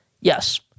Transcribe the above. Yes